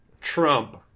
Trump